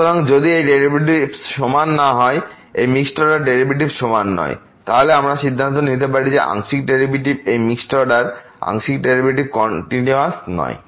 সুতরাং যদি এই ডেরিভেটিভস সমান না হয় এই মিক্সড অর্ডার ডেরিভেটিভস সমান নয় তাহলে আমরা সিদ্ধান্ত নিতে পারি যে আংশিক ডেরিভেটিভস এই মিক্সড অর্ডার আংশিক ডেরিভেটিভস কন্টিনিউয়াস নয়